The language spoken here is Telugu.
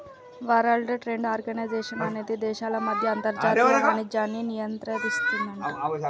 వరల్డ్ ట్రేడ్ ఆర్గనైజేషన్ అనేది దేశాల మధ్య అంతర్జాతీయ వాణిజ్యాన్ని నియంత్రిస్తుందట